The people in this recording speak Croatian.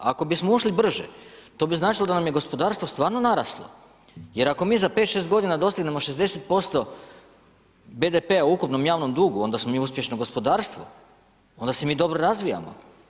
Ako bismo ušli brže, to bi značilo da nam je gospodarstvo stvarno naraslo jer ako mi za pet, šest godina dostignemo 60% BDPa-a u ukupnom javnom dugu onda smo mi uspješno gospodarstvo, onda se mi dobro razvijamo.